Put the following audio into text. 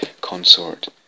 consort